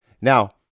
Now